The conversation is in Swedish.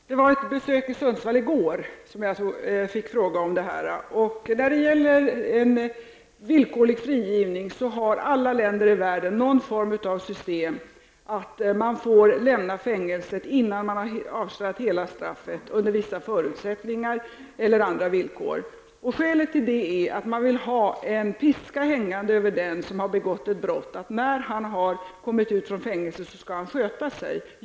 Herr talman! Det var vid ett besök i Sundsvall i går som jag fick frågan om detta. När det gäller villkorlig frigivning har alla länder i världen någon form av system som innebär att den dömde under vissa förutsättningar eller andra villkor får lämna fängelset innan vederbörande har avtjänat hela straffet. Skälet till det är att man vill ha en piska hängande över den som har begått ett brott. När han har kommit ut från fängelset skall han sköta sig.